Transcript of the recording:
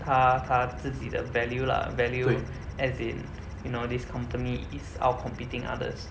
它它自己的 value lah value as in you know this company is out-competing others